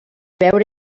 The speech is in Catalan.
veure